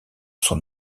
son